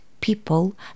people